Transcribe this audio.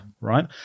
Right